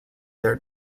their